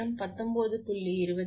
எனவே இது P ஜங்ஷனில் உள்ளது